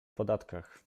podatkach